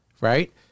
right